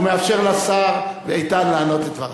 ומאפשר לשר איתן לענות את דבריו.